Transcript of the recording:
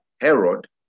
Herod